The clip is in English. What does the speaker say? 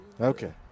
Okay